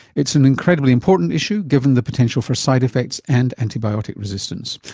it's an incredibly important issue given the potential for side effects and antibiotic resistance.